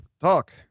talk